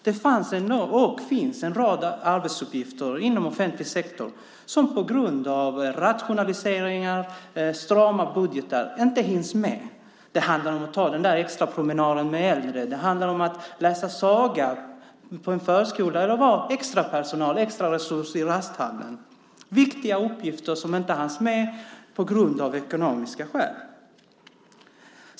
Det fanns och finns en rad arbetsuppgifter inom offentlig sektor som på grund av rationaliseringar och strama budgetar inte hinns med. Det handlar om att ta den extra promenaden med äldre. Det handlar om att läsa en saga på en förskola eller vara extraresurs i rasthallen. Det är viktiga uppgifter som inte hanns med av ekonomiska skäl.